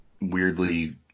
weirdly